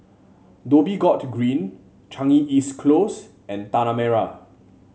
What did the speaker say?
Dhoby Ghaut Green Changi East Close and Tanah Merah